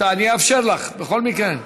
אני אאפשר לך בכל מקרה.